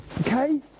Okay